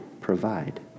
provide